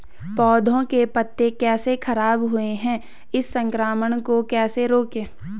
पौधों के पत्ते कैसे खराब हुए हैं इस संक्रमण को कैसे रोकें?